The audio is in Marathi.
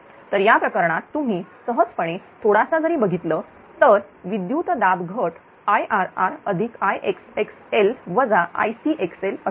तर या प्रकरणात तुम्ही सहजपणे थोडासा जरी बघितलं तर विद्युत दाब घट IrrIxxl Icxl असेल